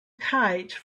kite